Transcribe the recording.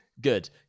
Good